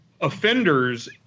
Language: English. offenders